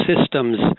systems